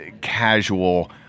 casual